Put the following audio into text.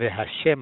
והשם